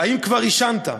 האם כבר עישנת?